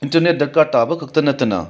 internet ꯗꯔꯀꯥꯔ ꯇꯥꯕ ꯈꯛꯇ ꯅꯠꯇꯅ